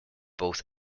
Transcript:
both